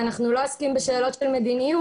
ואנחנו לא עוסקים בשאלות מדיניות,